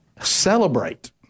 celebrate